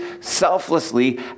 selflessly